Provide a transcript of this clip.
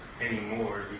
anymore